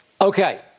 Okay